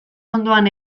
ondoan